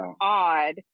odd